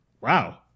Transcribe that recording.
Wow